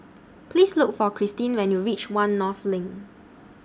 Please Look For Cristine when YOU REACH one North LINK